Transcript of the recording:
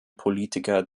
politiker